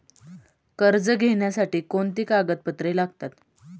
कर्ज घेण्यासाठी कोणती कागदपत्रे लागतात?